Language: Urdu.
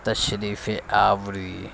تشریف آوری